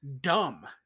dumb